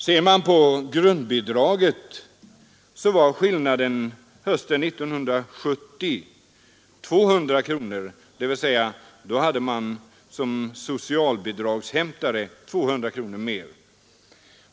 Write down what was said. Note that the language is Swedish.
Beträffande grundbidraget uppgick skillnaden hösten 1970 till 200 kronor. Då hade man alltså såsom socialbidragshämtare 200 kronor mera.